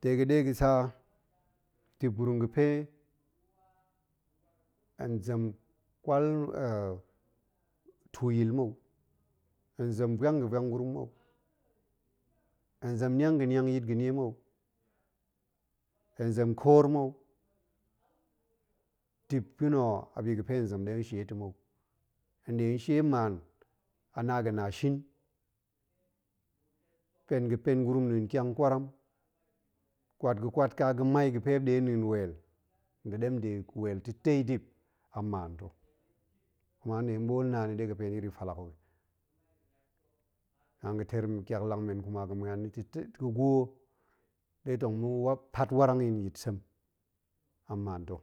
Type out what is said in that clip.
dega̱ ɗe ga̱sa dip gurum ga̱pe hen zem kwal tuyil mou, hen zem uuang ga̱ uuang gurum mou, hen zem niang ga̱niang yit mou, ga̱nie hen zem koor mou, dip ga̱ na̱ ho, a bi ga̱pe hen zem ɗe hen shie tamou, hen nɗe nong shie mma a na ga̱na shin, pen ga̱pen gurum nɗa̱a̱n tyang kwaram, kwat ga̱kwat ka ga̱mai ga̱e muop nɗe nɗa̱a̱n weel, nda ɗem de weel ta̱tei dip a mma ta̱, kuma hen nɗe nong ɓoolna̱a̱n yi, ɗega̱ pa̱ hen iri tallak ga̱ sek go yi naan ga̱ teer tyak lang men kuma ga̱ muan nni ta̱ta̱ ga̱ gwo ɗe tong ma̱wap, mapat warang yi nyit sem a mma ta̱.